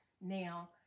now